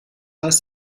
heißt